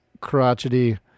crotchety